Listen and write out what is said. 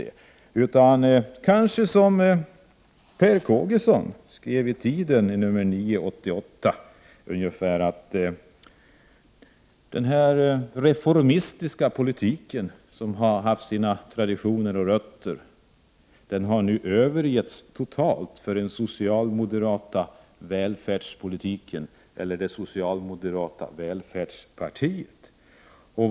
Det är kanske som Per Kågeson skriver i Tiden nr 8 att den reformistiska politiken som har haft sina traditioner och rötter nu har övergetts totalt för den socialmoderata välfärdspolitiken eller det socialmoderata välfärdspartiet.